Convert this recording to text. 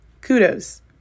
kudos